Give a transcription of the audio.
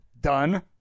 Done